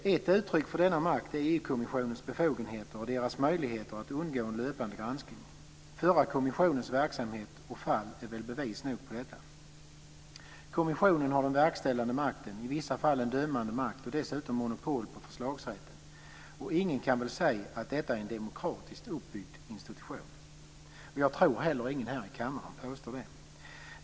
Ett uttryck för denna makt är EU-kommissionens befogenheter och dess möjlighet att undgå en löpande granskning. Förra kommissionens verksamhet och fall är väl bevis nog för detta. Kommissionen har den verkställande makten, i vissa fall en dömande makt och dessutom monopol på förslagsrätten. Ingen kan säga att detta är en demokratiskt uppbyggd institution. Jag tror heller inte att någon här i kammaren påstår det.